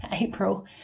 April